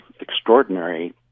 extraordinary